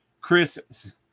Chris